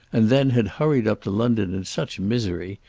and then had hurried up to london in such misery,